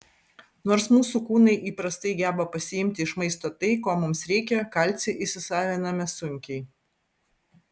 nors mūsų kūnai įprastai geba pasiimti iš maisto tai ko mums reikia kalcį įsisaviname sunkiai